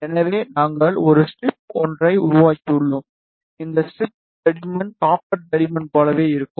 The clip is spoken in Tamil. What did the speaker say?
எனவே நாங்கள் ஒரு ஸ்ட்ரிப் ஒன்றை உருவாக்கியுள்ளோம் இந்த ஸ்ட்ரிப் தடிமன் காப்பர் தடிமன் போலவே இருக்கும்